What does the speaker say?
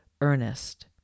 Ernest